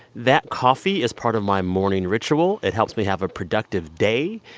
that coffee is part of my morning ritual. it helps me have a productive day.